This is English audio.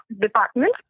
department